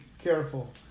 careful